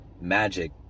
magic